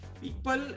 people